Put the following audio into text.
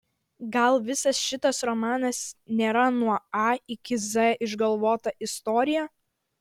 gal visas šitas romanas tėra nuo a iki z išgalvota istorija